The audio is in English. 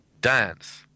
dance